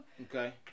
Okay